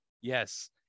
yes